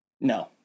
No